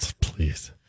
Please